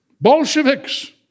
Bolsheviks